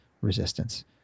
resistance